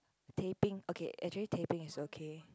taping okay actually taping is okay